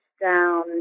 down